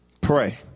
Pray